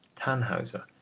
tannhauser,